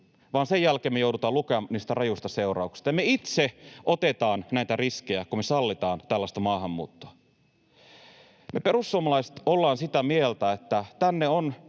vaan sen jälkeen me joudutaan lukemaan niistä rajuista seurauksista. Me itse otetaan näitä riskejä, kun me sallitaan tällaista maahanmuuttoa. Me perussuomalaiset ollaan sitä mieltä, että tänne